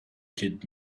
kid